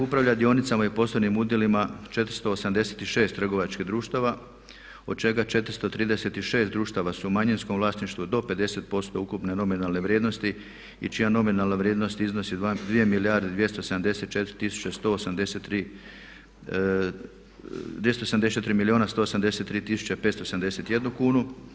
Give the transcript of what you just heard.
CERF upravlja dionicama i poslovnim udjelima 486 trgovačkih društava od čega 436 društava su u manjinskom vlasništvu do 50% ukupne nominalne vrijednosti i čija nominalna vrijednost iznosi 2 milijarde 274 tisuće 183, 274 milijuna 183 tisuće 571 kunu.